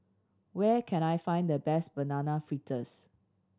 where can I find the best Banana Fritters